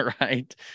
right